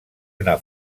una